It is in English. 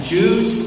Jews